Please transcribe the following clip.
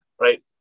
right